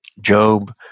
Job